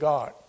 God